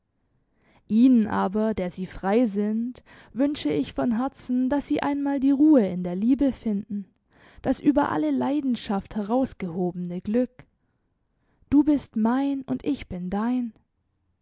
ihnen aber der sie frei sind wünsche ich von herzen dass sie einmal die ruhe in der liebe finden das über alle leidenschaft herausgehobene glück du bist mein und ich bin dein